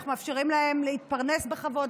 אנחנו מאפשרים להם להתפרנס בכבוד,